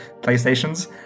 PlayStations